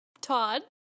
todd